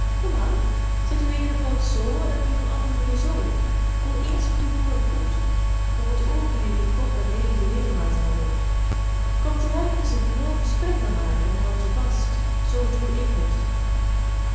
zet uw eenen poot zoo en uw anderen zoo voel eerst met uw voorpooten ge moet oogen in uw kop en lenige ledematen hebben komt er ergens een kloof spring dan maar en houd u vast zoo doe ik het